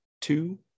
two